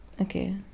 okay